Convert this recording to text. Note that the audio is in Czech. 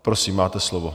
Prosím, máte slovo.